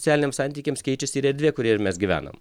socialiniams santykiams keičiasi ir erdvė kurioje mes gyvenam